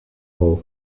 hall